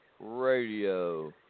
Radio